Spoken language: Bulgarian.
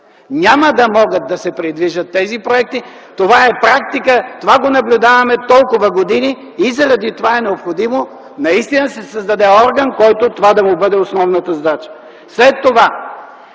няма да могат да се придвижат тези проекти. Това е практика, това го наблюдаваме толкова години и заради това е необходимо наистина да се създаде орган, на който това да бъде основната задача. След това,